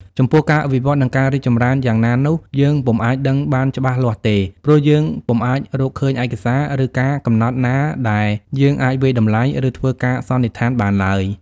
ចំពោះការវិវឌ្ឍន៍ និងការរីកចម្រើនយ៉ាងណានោះ យើងពុំអាចដឹងបានច្បាស់លាស់ទេ ព្រោះយើងពុំអាចរកឃើញឯកសារ ឬការកំណត់ណាដែល យើងអាចវាយតំលៃ ឬ ធ្វើការសន្និដ្ឋាន បានឡើយ ។